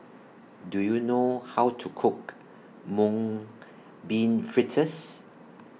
Do YOU know How to Cook Mung Bean Fritters